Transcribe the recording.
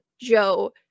joe